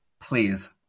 please